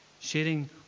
sharing